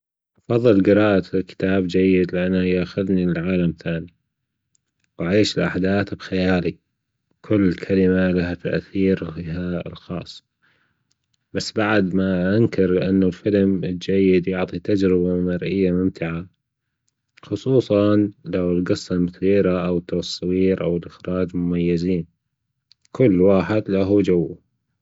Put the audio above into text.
أفضل جراية كتاب جيد لأنة ياخدنى لعالم تانى وأعيش الأحداث بخيالى وكل كلمة لها تأثير. الخاص بس بعد ما انكر أنه الفيلم الجيد يعطى تجربة مرئية ممتعه خصوصا لو الجصة مثيرة أة التصوير أو الأخراج مميزين كل واحد لة جوة